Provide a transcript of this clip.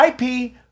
IP